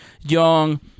young